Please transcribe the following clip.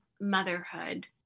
motherhood